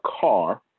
car